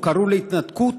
או שקראו לו התנתקות,